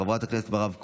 חברת הכנסת מירב כהן,